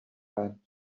قند